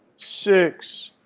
six.